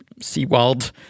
Seawald